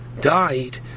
died